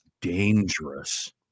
dangerous